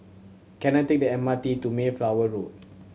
can I take the M R T to Mayflower Road